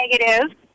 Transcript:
negative